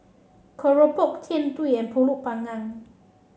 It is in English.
keropok Jian Dui and pulut panggang